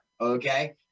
okay